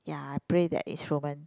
ya I play that instrument